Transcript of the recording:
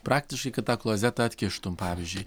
praktiškai kad tą klozetą atkištum pavyzdžiui